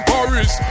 Paris